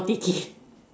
I cannot take it